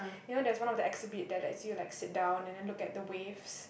you know there is one of the exhibit that lets you like sit down and then look at the waves